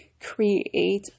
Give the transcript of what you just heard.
create